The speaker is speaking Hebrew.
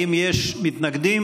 האם יש מתנגדים?